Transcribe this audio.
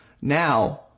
now